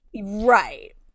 Right